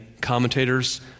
commentators